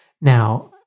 Now